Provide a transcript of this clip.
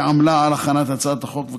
שעמלה על הצעת החוק,